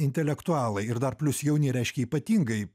intelektualai ir dar plius jauni reiškia ypatingai